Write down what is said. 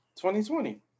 2020